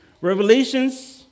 Revelations